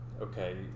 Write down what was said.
Okay